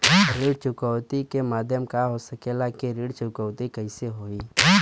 ऋण चुकौती के माध्यम का हो सकेला कि ऋण चुकौती कईसे होई?